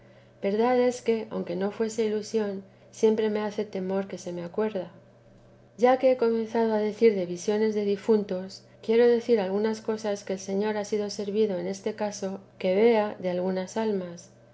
verdad es que aunque no fuese ilusión siempre que se me acuerda ya que he comenzado a decir visiones de difuntos quiero decir algunas cosas que el señor ha sido servido en este caso que vea de algunas almas